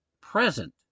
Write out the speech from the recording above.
present